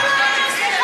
לא, לא, לא, סליחה.